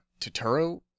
Totoro